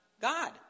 God